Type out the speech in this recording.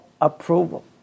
approval